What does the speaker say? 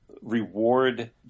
reward